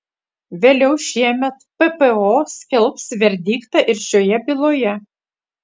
vėliau šiemet ppo skelbs verdiktą ir šioje byloje